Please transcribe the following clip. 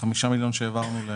ה-5 מיליון שהעברנו.